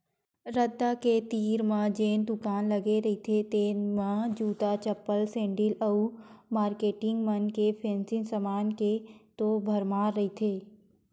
रद्दा के तीर म जेन दुकान लगे रहिथे तेन म जूता, चप्पल, सेंडिल अउ मारकेटिंग मन के फेंसी समान के तो भरमार रहिथे